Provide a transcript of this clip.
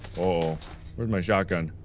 ooh. where's my shotgun?